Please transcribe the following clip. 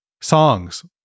songs